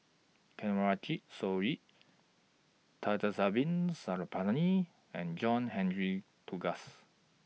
Kanwaljit Soin Thamizhavel Sarangapani and John Henry Duclos